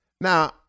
Now